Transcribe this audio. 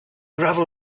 gravel